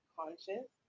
conscious